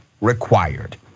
required